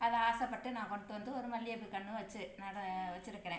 அதை ஆசைப்பட்டு நான் கொண்ட்டு வந்து ஒரு மல்லியப்பூ கன்று வச்சு நான் வச்சிருக்கறேன்